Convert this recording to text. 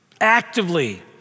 Actively